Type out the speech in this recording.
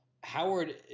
Howard